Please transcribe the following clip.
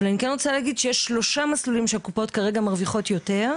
אבל אני כן רוצה להגיד שיש שלושה מצבים שקופות כרגע מרוויחות יותר,